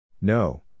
No